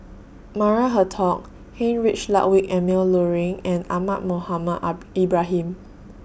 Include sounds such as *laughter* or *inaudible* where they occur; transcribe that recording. Maria Hertogh Heinrich Ludwig Emil Luering and Ahmad Mohamed *unintelligible* Ibrahim